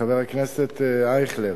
חבר הכנסת אייכלר,